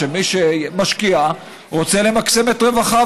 שמי שמשקיע רוצה למקסם את רווחיו,